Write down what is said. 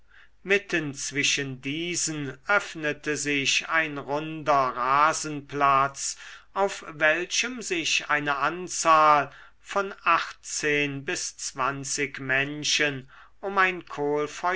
mitten zwischen diesen öffnete sich ein runder rasenplatz auf welchem sich eine anzahl von achtzehn bis zwanzig menschen um ein